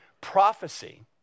prophecy